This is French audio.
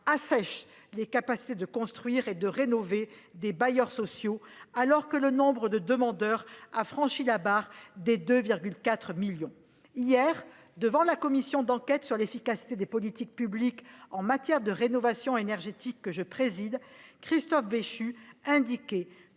assèchent les capacités de construire et de rénover des bailleurs sociaux, alors que le nombre de demandeurs a franchi la barre des 2,4 millions. Hier, devant la commission d'enquête sur l'efficacité des politiques publiques en matière de rénovation énergétique, que je préside, Christophe Béchu indiquait